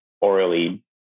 orally